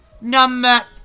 Number